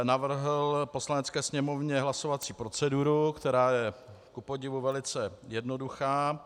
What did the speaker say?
Navrhl Poslanecké sněmovně hlasovací proceduru, která je kupodivu velice jednoduchá.